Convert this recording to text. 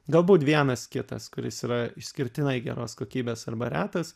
galbūt vienas kitas kuris yra išskirtinai geros kokybės arba retas